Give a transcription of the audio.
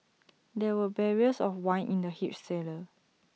there were barrels of wine in the huge cellar